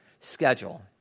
schedule